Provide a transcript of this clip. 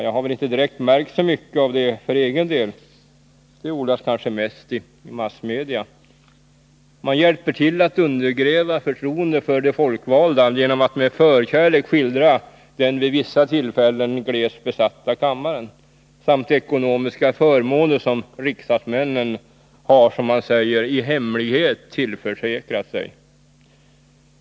Jag har väl inte direkt märkt så mycket av det för egen del. Det odlas kanske mest i massmedia. Man hjälper till att undergräva förtroendet för de folkvalda genom att med förkärlek skildra den vid vissa tillfällen glest besatta kammaren samt de ekonomiska förmåner som riksdagsmännen, som man säger, i hemlighet har tillförsäkrat sig.